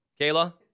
Kayla